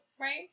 right